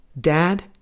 Dad